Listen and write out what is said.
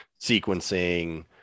sequencing